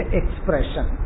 expression